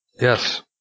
Yes